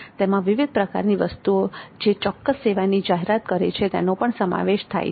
તેમાં વિવિધ પ્રકારની વસ્તુઓ જે ચોક્કસ સેવાની જાહેરાત કરે છે તેનો પણ સમાવેશ થાય છે